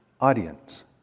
audience